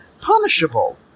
punishable